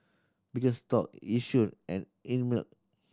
Birkenstock Yishion and Einmilk